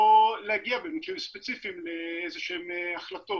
או להגיע במקרים ספציפיים לאיזה שהן החלטות.